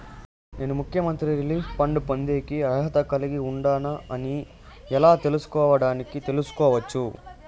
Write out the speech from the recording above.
నేను ముఖ్యమంత్రి relief fund పొందేకి అర్హత కలిగి ఉండానా అని ఎలా తెలుసుకోవడానికి తెలుసుకోవచ్చు